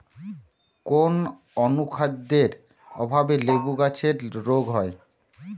কোন অনুখাদ্যের অভাবে লেবু গাছের রোগ হয়?